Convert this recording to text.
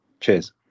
Cheers